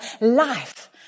life